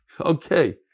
Okay